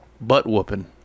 butt-whooping